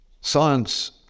Science